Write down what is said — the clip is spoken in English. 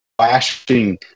flashing